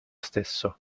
stesso